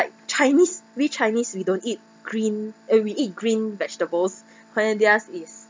like chinese we chinese we don't eat green eh we eat green vegetables and then theirs is